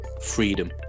freedom